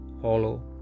hollow